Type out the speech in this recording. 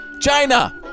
China